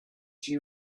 she